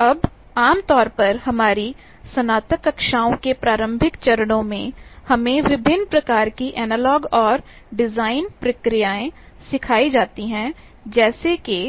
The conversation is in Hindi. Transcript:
अब आमतौर पर हमारी स्नातक कक्षाओं के प्रारंभिक चरणों में हमें विभिन्न प्रकार की एनालॉग और डिज़ाइन प्रक्रियाएं सिखाई जाती हैं जैसे कि